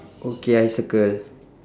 okay I circle